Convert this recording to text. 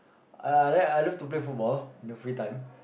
uh I like I love to play football in the free time